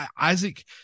Isaac